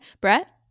Brett